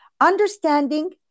understanding